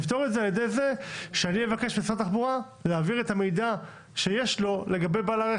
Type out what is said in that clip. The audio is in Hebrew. על ידי כך שאבקש ממשרד התחבורה להעביר את המידע שיש לו לגבי בעל הרכב,